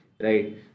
right